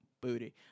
booty